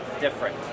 different